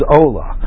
ola